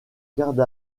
garde